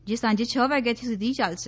જે સાંજે છ વાગ્યા સુધી ચાલશે